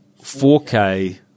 4K